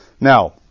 Now